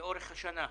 לאורך השנה.